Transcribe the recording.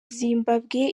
zimbabwe